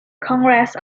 congress